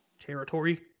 territory